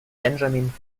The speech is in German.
benjamin